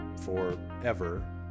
forever